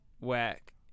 Whack